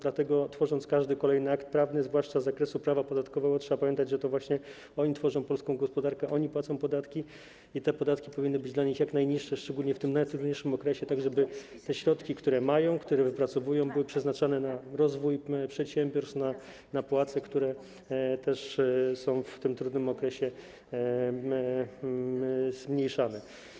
Dlatego, tworząc każdy kolejny akt prawny, zwłaszcza z zakresu prawa podatkowego, trzeba pamiętać, że to właśnie oni tworzą polską gospodarkę, oni płacą podatki i te podatki powinny być dla nich jak najniższe, szczególnie w tym najtrudniejszym okresie, tak żeby te środki, które mają, które wypracowują, były przeznaczane na rozwój przedsiębiorstw, na płace, które też są w tym trudnym okresie zmniejszane.